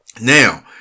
Now